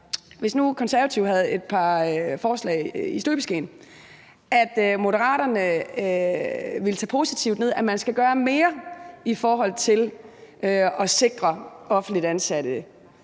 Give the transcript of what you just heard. hvis nu Konservative havde et par forslag i støbeskeen, at Moderaterne ville tage positivt ned, at man skal gøre mere i forhold til at sikre offentligt ansatte?